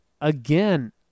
again